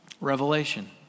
Revelation